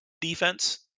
defense